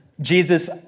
Jesus